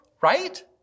right